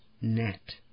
net